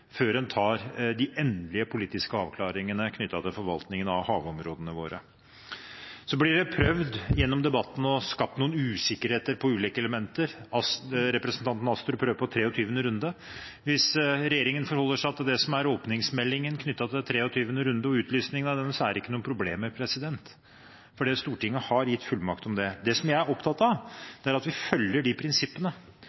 før en tar de endelige politiske avklaringene knyttet til forvaltningen av havområdene våre. Så blir det prøvd gjennom debatten å skape usikkerhet på ulike elementer. Representanten Astrup prøver på det med hensyn til 23. konsesjonsrunde. Hvis regjeringen forholder seg til det som er åpningsmeldingen knyttet til 23. runde og utlysningen av den, er det ikke noe problem, fordi Stortinget har gitt fullmakt til det. Det som jeg er opptatt av, er at vi følger de prinsippene.